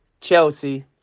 Chelsea